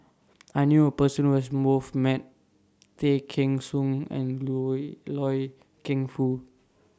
I knew A Person Who has Both Met Tay Kheng Soon and Loy Keng Foo